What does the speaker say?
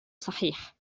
صحيح